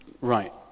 right